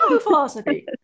philosophy